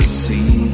see